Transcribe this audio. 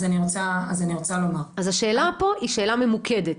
אז אני רוצה לומר -- אז השאלה פה היא שאלה ממוקדת,